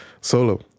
Solo